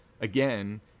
again